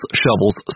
shovels